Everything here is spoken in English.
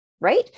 Right